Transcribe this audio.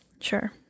Sure